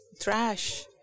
trash